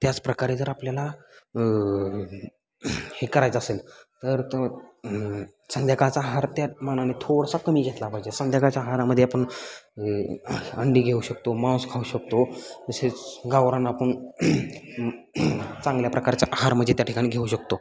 त्याचप्रकारे जर आपल्याला हे करायचं असेल तर संध्याकाळचा आहार त्या मानाने थोडासा कमी घेतला पाहिजे संध्याकाळच्या आहारामध्ये आपण अंडी घेऊ शकतो मांस खाऊ शकतो तसेच गावरान आपण चांगल्या प्रकारचा आहार म्हणजे त्या ठिकाणी घेऊ शकतो